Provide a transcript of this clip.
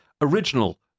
original